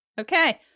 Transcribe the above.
Okay